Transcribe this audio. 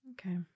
Okay